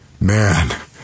Man